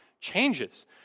Changes